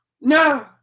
No